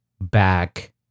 back